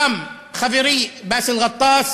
גם חברי באסל גטאס